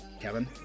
Kevin